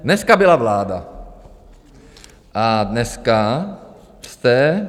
Dneska byla vláda a dneska jste...